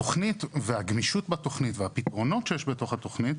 התוכנית והגמישות בתוכנית, והפתרונות שיש בתוכנית,